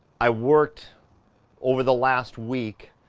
i worked over the last week,